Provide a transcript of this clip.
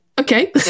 okay